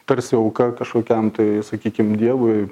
tarsi auka kažkokiam tai sakykim dievui